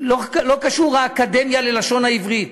לא קשור האקדמיה ללשון העברית.